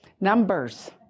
numbers